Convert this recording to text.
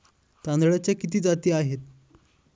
तांदळाच्या किती जाती आहेत?